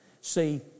See